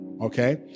okay